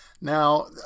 Now